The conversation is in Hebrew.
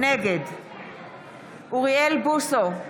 נגד אוריאל בוסו,